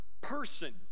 person